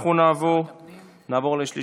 אנחנו נעבור לשלישית.